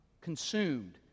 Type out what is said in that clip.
consumed